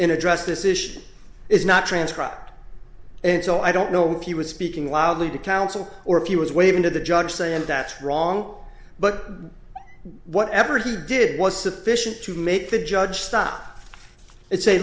in address this issue is not transcribed and so i don't know if you were speaking loudly to counsel or if you was waving to the judge saying that wrong but whatever he did was sufficient to make the judge stop it say